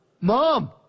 Mom